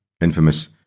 Infamous